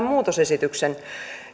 muutosesityksen